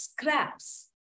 scraps